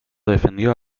defendió